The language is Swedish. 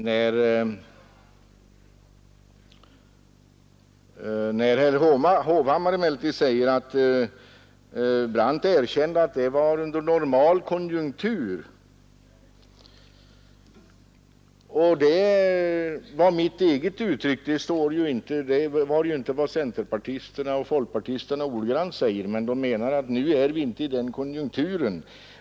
Herr Hovhammar säger att vad centerpartisterna och folkpartisterna uttalar i sin reservation avser normal konjunktur och att den nuvarande konjunkturen inte är normal.